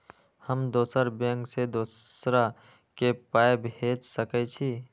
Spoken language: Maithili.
हम दोसर बैंक से दोसरा के पाय भेज सके छी?